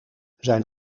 zijn